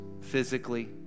physically